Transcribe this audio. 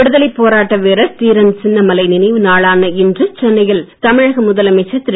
விடுதலை போராட்ட வீரர் தீரன் சின்னமலை நினைவு நாளான இன்று சென்னையில் தமிழக முதலமைச்சர் திரு